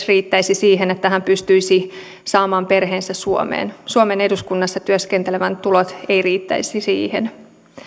riittäisi siihen että hän pystyisi saamaan perheensä suomeen suomen eduskunnassa työskentelevän tulot eivät riittäisi siihen